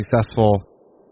successful